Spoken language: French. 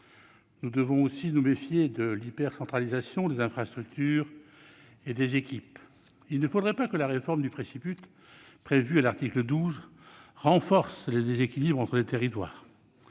Nous devons aussi nous méfier de l'hypercentralisation des infrastructures et des équipes. Il ne faudrait pas que la réforme du préciput, prévue à l'article 12, renforce les déséquilibres entre les territoires.